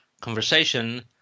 conversation